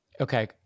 Okay